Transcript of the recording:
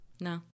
no